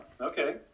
Okay